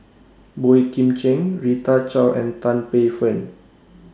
Boey Kim Cheng Rita Chao and Tan Paey Fern